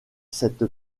cette